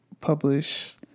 publish